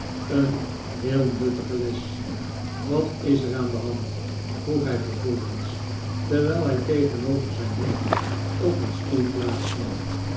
een heel nuttige les wat is er aan de hand vroeg hij vervolgens terwijl hij tegenover zijn nicht op een stoel plaats nam